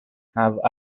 have